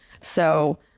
So-